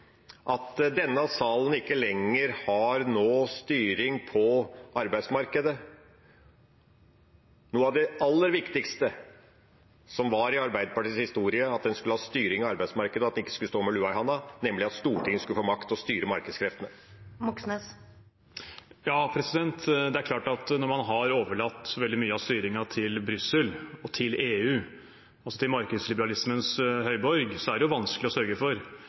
at denne salen ikke lenger har styring på arbeidsmarkedet. Noe av det aller viktigste i Arbeiderpartiets historie var at en skulle ha styring i arbeidsmarkedet, at en ikke skulle stå med lua i handa, og at Stortinget skulle få makt til å styre markedskreftene. Det er klart at når man har overlatt veldig mye av styringen til Brussel og EU, altså til markedsliberalismens høyborg, er det vanskelig å sørge for